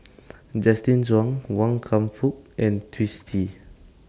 Justin Zhuang Wan Kam Fook and Twisstii